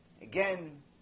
again